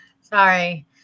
Sorry